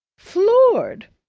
floored!